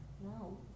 No